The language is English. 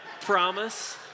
promise